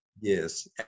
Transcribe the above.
Yes